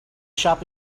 shop